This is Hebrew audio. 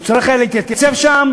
הוא היה צריך להתייצב שם,